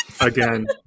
again